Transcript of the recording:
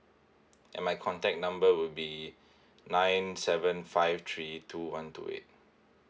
and my contact number would be nine seven five three two one two eight